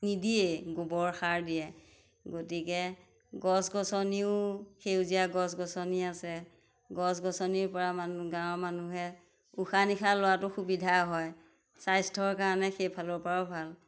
নিদিয়ে গোবৰসাৰ দিয়ে গতিকে গছ গছনিও সেউজীয়া গছ গছনি আছে গছ গছনিৰপৰা মানুহ গাঁৱৰ মানুহে উশাহ নিশাহ লোৱাটো সুবিধা হয় স্বাস্থ্যৰ কাৰণে সেইফালৰপৰাও ভাল